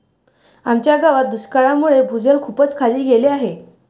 आमच्या गावात दुष्काळामुळे भूजल खूपच खाली गेले आहे